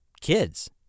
kids